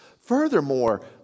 Furthermore